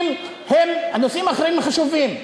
הנושאים האחרים הם חשובים.